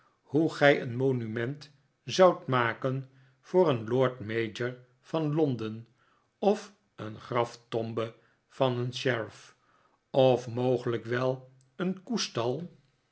hoe gij een monument zoudt maken voor een lord mayor van londen of een graftombe van een sheriff of mogelijk wel een koestal